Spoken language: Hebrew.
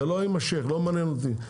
זה לא יימשך, לא מעניין אותי.